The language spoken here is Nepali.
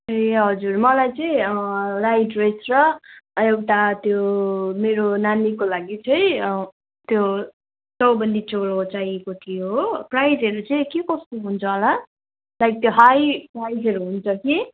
ए हजुर मलाई चाहिँ राई ड्रेस र एउटा त्यो मेरो नानीको लागि चाहिँ त्यो चौबन्दी चोलो चाहिएको थियो हो प्राइजहरू चाहिँ के कस्तो हुन्छ होला सायद त्यो हाई प्राइजहरू हुन्छ कि